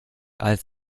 als